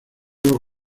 los